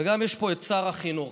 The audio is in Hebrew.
גם יש פה את שר החינוך.